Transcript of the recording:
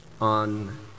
on